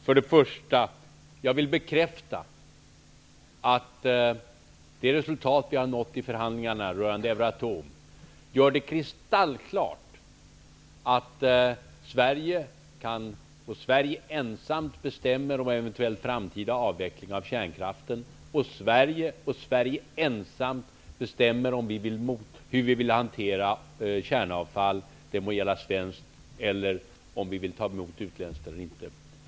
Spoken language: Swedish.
För det första: Jag vill bekräfta att det resultat vi har nått i förhandlingarna rörande Euratom gör det kristallklart att Sverige ensamt bestämmer om en eventuell framtida avveckling av kärnkraften, att Sverige ensamt bestämmer hur vi vill hantera kärnavfall -- det må vara svenskt eller inte -- och att Sverige ensamt bestämmer, om vi vill ta emot utländskt kärnavfall eller inte.